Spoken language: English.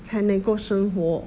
才能够生活